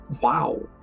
wow